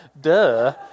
Duh